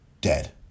dead